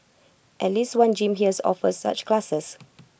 at least one gym here offers such classes